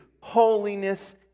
holiness